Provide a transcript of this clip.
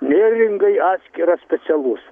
neringai atskiras specialus